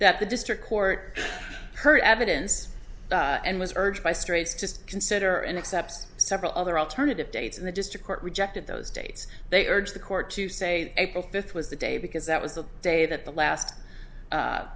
that the district court heard evidence and was urged by straights to consider and accept several other alternative dates and the district court rejected those dates they urged the court to say april fifth was the day because that was the day that the last